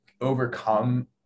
overcome